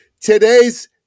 Today's